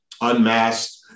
unmasked